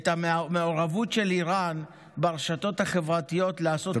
את המעורבות של איראן ברשתות החברתיות כדי לעשות פילוג בעם.